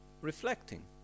reflecting